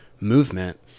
movement